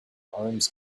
arms